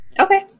Okay